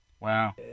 Wow